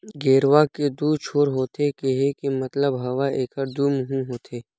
गेरवा के दू छोर होथे केहे के मतलब हवय एखर दू मुहूँ होथे